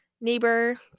neighbor